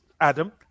Adam